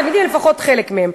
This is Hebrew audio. לפחות חלק מהם.